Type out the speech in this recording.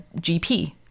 GP